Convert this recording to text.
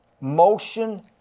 motion